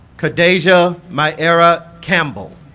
kadajah mi'era campbell